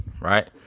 right